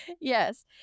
yes